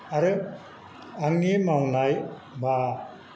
आरो आंनि मावनाय एबा